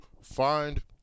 find